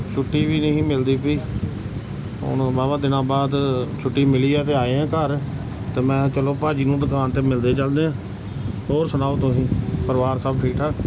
ਛੁੱਟੀ ਵੀ ਨਹੀਂ ਮਿਲਦੀ ਪਈ ਹੁਣ ਵਾ ਵਾ ਦਿਨਾਂ ਬਾਅਦ ਛੁੱਟੀ ਮਿਲੀ ਹੈ ਅਤੇ ਆਏ ਹਾਂ ਘਰ ਅਤੇ ਮੈ ਕਿਹਾ ਚਲੋ ਭਾਅ ਜੀ ਨੂੰ ਦੁਕਾਨ 'ਤੇ ਮਿਲਕੇ ਚਲਦੇ ਹਾਂ ਹੋਰ ਸੁਣਾਓ ਤੁਸੀਂ ਪਰਿਵਾਰ ਸਭ ਠੀਕ ਠਾਕ